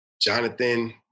Jonathan